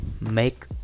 make